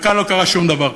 וכאן לא קרה שום דבר,